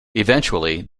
eventually